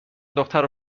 دختر